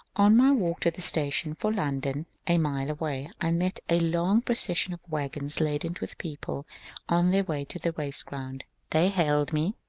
on my walk to the station for london, a mile away, i met a long procession of wagons laden with people on their way to the race-ground. they hailed me,